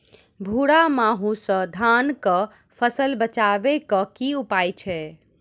भूरा माहू सँ धान कऽ फसल बचाबै कऽ की उपाय छै?